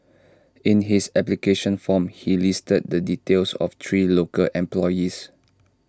in his application form he listed the details of three local employees